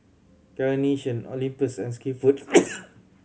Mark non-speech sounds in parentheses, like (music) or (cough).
Carnation Olympus and Skinfood (noise)